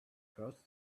first